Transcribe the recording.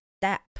step